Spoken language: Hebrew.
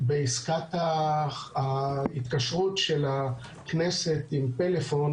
בעסקת ההתקשרות של הכנסת עם פלאפון,